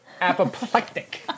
Apoplectic